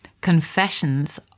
Confessions